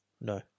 no